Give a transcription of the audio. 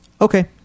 Okay